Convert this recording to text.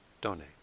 donate